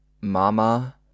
Mama